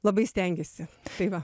labai stengiasi tai va